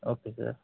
okay sir